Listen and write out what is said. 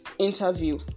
interview